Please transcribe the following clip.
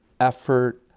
effort